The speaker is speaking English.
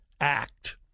Act